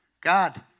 God